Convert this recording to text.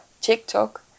TikTok